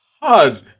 Hard